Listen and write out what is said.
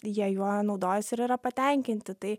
jie juo naudojasi ir yra patenkinti tai